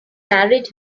married